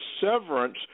severance